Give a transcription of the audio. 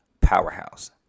powerhouse